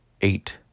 eight